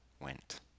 went